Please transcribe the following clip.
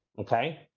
okay